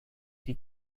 die